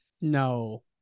No